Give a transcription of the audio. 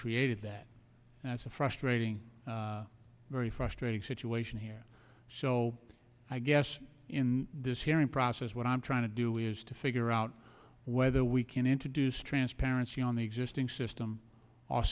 created that as a frustrating very frustrating situation here so i guess in this hearing process what i'm trying to do is to figure out whether we can introduce transparency on the existing system